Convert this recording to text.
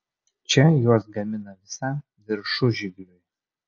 čia juos gamina visam viršužigliui